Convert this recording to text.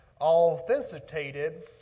authenticated